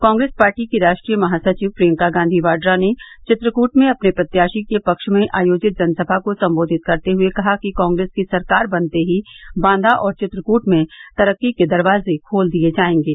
Congress party की राष्ट्रीय महासचिव प्रियंका वाड्रा ने चित्रकूट में अपने प्रत्याशी के पक्ष में आयोजित जनसभा को सम्बोधित करते हुये कहा कि कॉग्रेस की सरकार बनते ही बांदा और चित्रकूट में तरक्की के दरवाजे खोल दिये जायेंगे